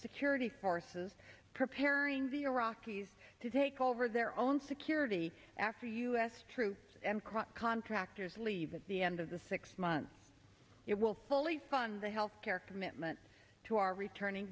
security forces preparing the iraqis to take over their own security after u s troops contractors leave at the end of the six months it will fully fund the health care commitment to our returning